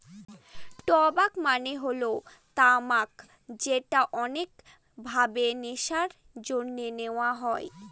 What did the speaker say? টবাক মানে হল তামাক যেটা অনেক ভাবে নেশার জন্যে নেওয়া হয়